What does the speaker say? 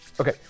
Okay